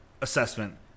assessment